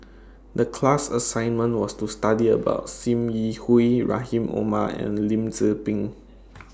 The class assignment was to study about SIM Yi Hui Rahim Omar and Lim Tze Peng